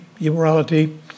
immorality